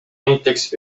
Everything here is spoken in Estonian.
näiteks